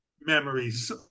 memories